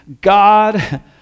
God